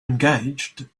engaged